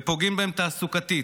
ופוגעים בהן תעסוקתית.